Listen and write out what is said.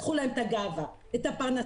לקחו להם את הגאווה, את הפרנסה.